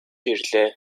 ирлээ